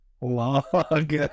log